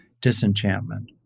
disenchantment